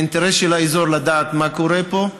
ואינטרס של האזור לדעת מה קורה פה.